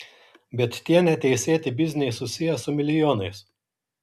bet tie neteisėti bizniai susiję su milijonais